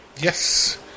Yes